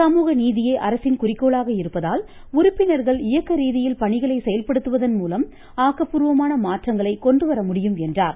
சமூக நீதியே அரசின் குறிக்கோளாக இருப்பதால் உறுப்பினர்கள் இயக்க ரீதியில் பணிகளை செயல்படுத்துவதன் மூலம் ஆக்கப்பூர்வமான மாற்றங்களை கொண்டு வர முடியும் என்றார்